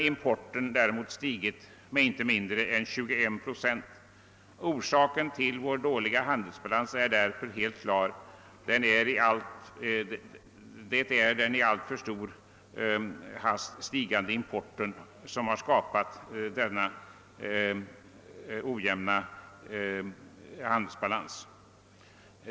Importen har däremot stigit med inte mindre än 21 procent. Orsaken till vår dåliga handelsbalans är därför helt klar. Det är den i alltför stor hast stigande importen som skapat denna ojämnhet.